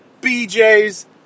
BJ's